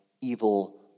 evil